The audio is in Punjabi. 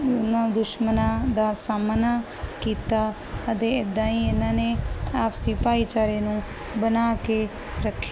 ਉਹਨਾਂ ਦੁਸ਼ਮਣਾਂ ਦਾ ਸਾਹਮਣਾ ਕੀਤਾ ਅਤੇ ਇਦਾਂ ਹੀ ਇਹਨਾਂ ਨੇ ਆਪਸੀ ਭਾਈਚਾਰੇ ਨੂੰ ਬਣਾ ਕੇ ਰੱਖਿਆ